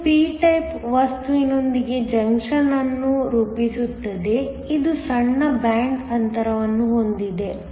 ಇದು p type ವಸ್ತುವಿನೊಂದಿಗೆ junction ಅನ್ನು ರೂಪಿಸುತ್ತದೆ ಇದು ಸಣ್ಣ ಬ್ಯಾಂಡ್ ಅಂತರವನ್ನು ಹೊಂದಿದೆ